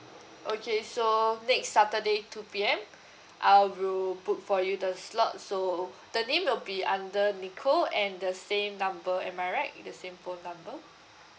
okay so next saturday two P_M I will book for you the slot so the name will be under nicole and the same number am I right it the same phone number